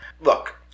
Look